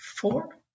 four